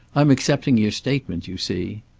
i'm accepting your statement, you see.